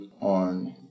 on